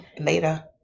Later